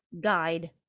guide